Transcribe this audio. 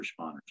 responders